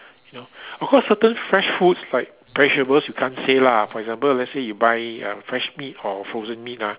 you know of course certain fresh foods like vegetables you can't say lah for example let's say you buy uh fresh meat or frozen meat ah